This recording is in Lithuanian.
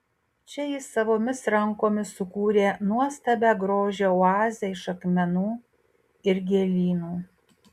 čia ji savomis rankomis sukūrė nuostabią grožio oazę iš akmenų ir gėlynų